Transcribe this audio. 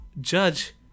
judge